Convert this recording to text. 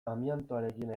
amiantoarekin